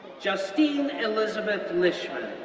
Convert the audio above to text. justine elizabeth lishman,